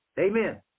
Amen